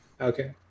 okay